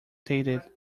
dated